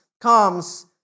comes